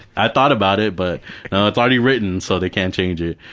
ah thought about it, but it's already written so they can't change it.